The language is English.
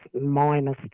minus